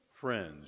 friends